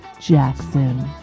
Jackson